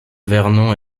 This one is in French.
vernon